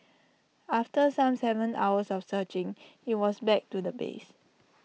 after some Seven hours of searching IT was back to the base